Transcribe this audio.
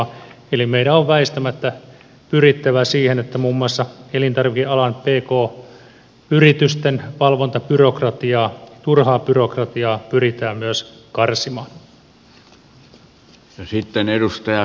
eli meidän on väistämättä pyrittävä siihen että muun muassa elintarvikealan pk yritysten valvontabyrokratiaa turhaa byrokratiaa pyritään myös karsimaan